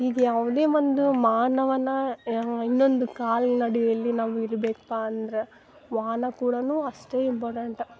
ಈಗ ಯಾವುದೇ ಒಂದು ಮಾನವನ ಇನ್ನೊಂದು ಕಾಲಿನ ಅಡಿಯಲ್ಲಿ ನಾವು ಇರ್ಬೇಕಪ್ಪ ಅಂದ್ರೆ ವಾಹನ ಕೂಡಾ ಅಷ್ಟೇ ಇಂಪಾರ್ಡೆಂಟ್